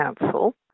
Council